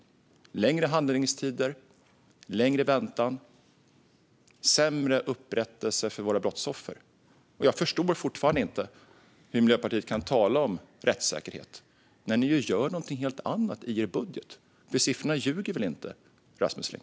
Det blir längre handläggningstider, längre väntan och sämre upprättelse för brottsoffren. Jag förstår fortfarande inte hur Miljöpartiet kan tala om rättssäkerhet när ni gör någonting helt annat i er budget. Siffrorna ljuger väl inte, Rasmus Ling?